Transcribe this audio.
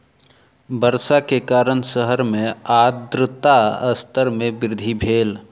वर्षा के कारण शहर मे आर्द्रता स्तर मे वृद्धि भेल